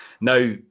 Now